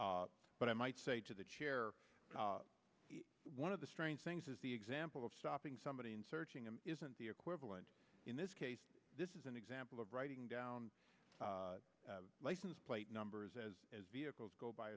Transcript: but i might say to the chair one of the strange things is the example of stopping somebody and searching him isn't the equivalent in this case this is an example of writing down license plate numbers as vehicles go b